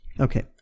Okay